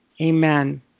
Amen